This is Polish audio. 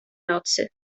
nocy